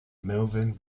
melvin